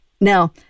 Now